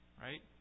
Right